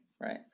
right